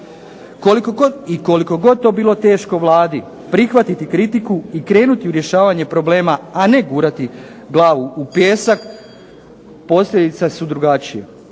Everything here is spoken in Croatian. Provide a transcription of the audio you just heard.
Koliko god to bilo teško Vladi prihvatiti kritiku i krenuti u rješavanje problema, a ne gurati glavu u pijesak posljedice su drugačije.